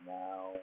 now